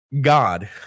God